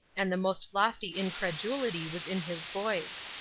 and the most lofty incredulity was in his voice.